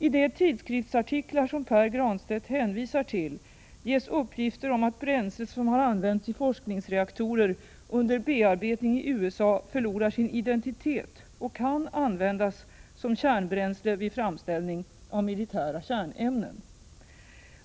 I de tidskriftsartiklar som Pär Granstedt hänvisar till ges uppgifter om att bränsle som har använts i forskningsreaktorer under bearbetning i USA ”förlorar sin identitet” och kan användas som kärnbränsle vid framställning av militära kärnämnen.